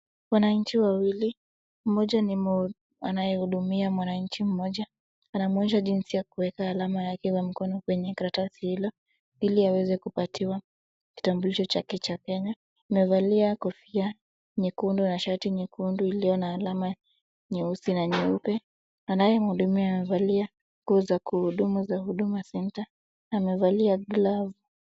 Wananchi wawili, mmoja ni anayehudumia mwananchi mmoja. Anamuonyesha jinsi ya kuweka alama yake ya mkono kwenye karatasi hilo ili aweze kupatiwa kitambulisho chake cha Kenya. Amevalia kofia nyekundu na shati nyekundu iliyo na alama nyeusi na nyeupe. Naye mhudumu amevalia nguo za kuhudumu za Huduma Center , amevalia glove .